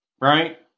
right